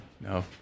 No